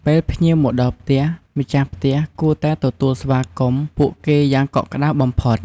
ពេលភ្ញៀវមកដល់ ម្ចាស់ផ្ទះគួរតែទទួលស្វាគមន៍ ពួកគេយ៉ាងកក់ក្ដៅបំផុត។